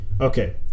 Okay